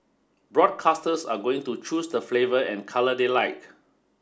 broadcasters are going to choose the flavour and colour they like